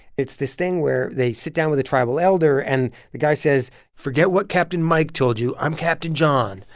it's this thing where they sit down with a tribal elder and the guy says, forget what captain mike told you. i'm captain john.